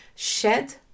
shed